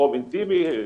מקום אינטימי,